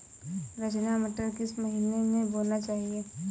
रचना मटर किस महीना में बोना चाहिए?